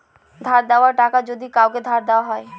ধার দেওয়া টাকা যদি কাওকে ধার দেওয়া হয়